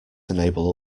enable